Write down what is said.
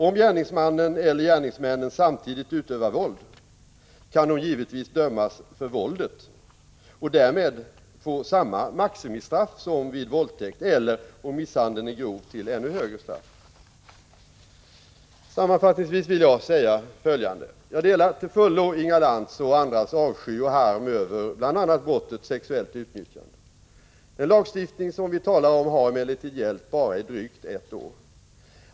Om gärningsmannen eller gärningsmännen samtidigt utövar våld kan de givetvis också dömas för våldet och därmed få samma maximistraff som vid våldtäkt eller, om misshandeln är grov, till ännu högre straff. Sammanfattningsvis vill jag säga följande. Jag delar till fullo Inga Lantz och andras avsky och harm över bl.a. brottet sexuellt utnyttjande. Den lagstiftning som vi talar om har emellertid gällt bara i drygt ett år.